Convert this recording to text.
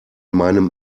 meinem